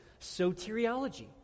soteriology